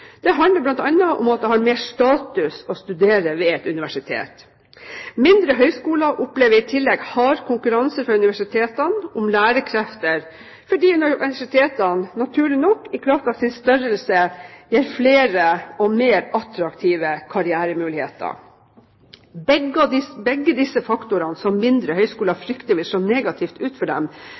Det handler bl.a. om at det har mer status å studere ved et universitet. Mindre høyskoler opplever i tillegg hard konkurranse fra universitetene om lærekrefter fordi universitetene, naturlig nok, i kraft av sin størrelse gir flere og mer attraktive karrieremuligheter. Begge disse faktorene, som mindre høyskoler frykter vil slå negativt ut for dem,